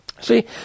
See